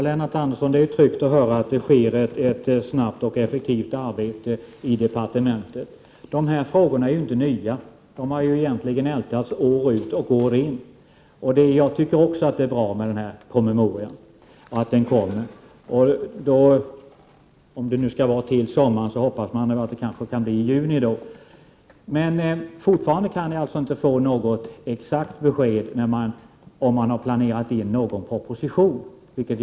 Herr talman! Det är tryggt att höra att det sker ett snabbt och effektivt arbete i departementet, Lennart Andersson. De här frågorna är ju inte nya; de har egentligen ältats år ut och år in. Jag tycker också att det är bra att promemorian kommer, om det nu blir till sommaren; man kan då kanske hoppas att det kan bli i juni. Men fortfarande kan jag alltså inte få något besked när det gäller om eller när man har planerat in en proposition.